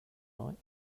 right